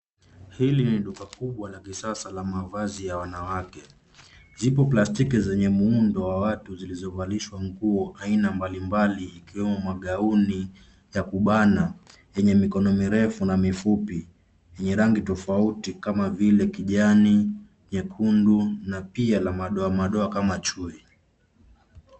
Hili ni duka kubwa la kisasa la mavazi ya wanawake. Zipo plastiki zenye muundo wa watu zilizovalishwa nguo aina mbalimbali ikiwemo magauni ya kubana yenye mikono mirefu na mifupi yenye rangi tofauti kama vile kijani, nyekundu na pia la madoa madoa kama chui.